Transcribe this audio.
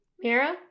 Mira